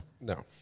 No